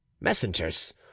messengers